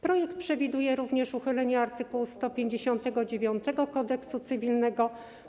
Projekt przewiduje również uchylenie art. 159 Kodeksu cywilnego.